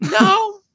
no